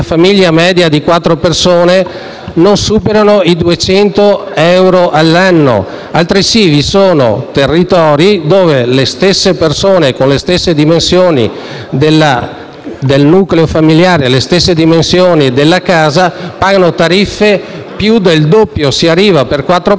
famiglia media di quattro persone non superano i 200 euro all'anno. Altresì, vi sono territori dove le stesse persone, con le stesse dimensioni del nucleo familiare e della casa, pagano tariffe pari a più del doppio. Per quattro